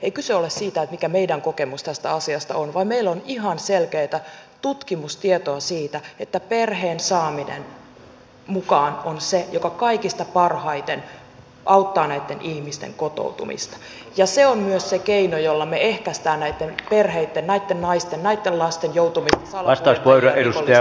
ei kyse ole siitä mikä meidän kokemuksemme tästä asiasta on vaan meillä on ihan selkeätä tutkimustietoa siitä että perheen saaminen mukaan on se mikä kaikista parhaiten auttaa näitten ihmisten kotoutumista ja se on myös se keino jolla me ehkäisemme näitten perheitten näitten naisten näitten lasten joutumista salakuljettajien ja rikollisten kouriin